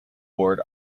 board